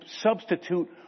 substitute